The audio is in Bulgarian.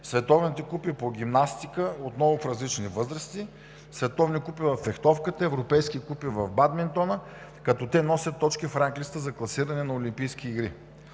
световните купи по гимнастика – отново в различни възрасти, световни купи във фехтовката, европейски купи в бадминтона, като те носят точки в ранглистата за класиране на Олимпийските игри.